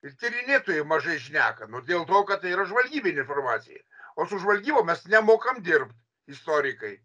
ir tyrinėtojai mažai šneka nu dėl to kad tai yra žvalgybinė informacija o su žvalgyba mes nemokam dirbt istorikai